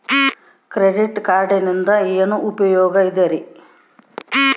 Credit ಕಾರ್ಡಿನಿಂದ ಏನು ಉಪಯೋಗದರಿ?